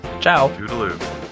ciao